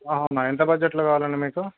అవునా ఎంత బడ్జెట్లో కావాలండి మీకు